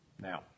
Now